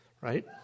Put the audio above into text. right